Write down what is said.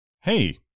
Hey